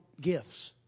gifts